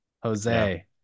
Jose